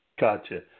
Gotcha